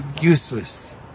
useless